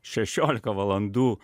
šešiolika valandų